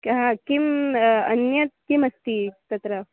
कः किम् अन्यत् किमस्ति तत्र